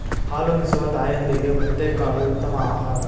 ಹಾಲುನಿಸುವ ತಾಯಂದಿರಿಗೆ ಮೆಂತೆಕಾಳು ಉತ್ತಮ ಆಹಾರ